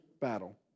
battle